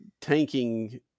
tanking